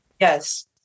yes